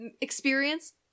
Experience